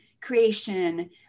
creation